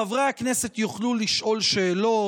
חברי הכנסת יוכלו לשאול שאלות,